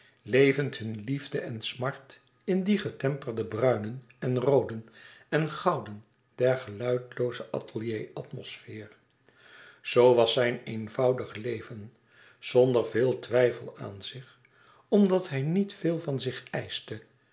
levend hun liefde en smart in die getemperde bruinen en rooden en gouden der geluidelooze atelier atmosfeer zoo was zijn eenvoudig leven zonder veel twijfel aan zich omdat hij niet veel van zich eischte